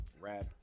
rap